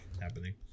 happening